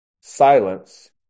silence